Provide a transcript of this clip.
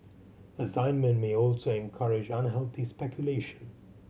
assignment may also encourage unhealthy speculation